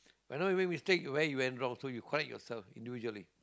whenever you make mistake you where you went wrong correct yourself individually